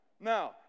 Now